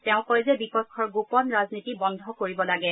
তেওঁ কয় যে বিপক্ষৰ গোপন ৰাজনীতি বন্ধ কৰিব লাগে